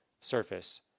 surface